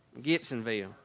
Gibsonville